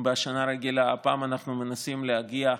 בשנה רגילה, והפעם אנחנו מנסים להגיע,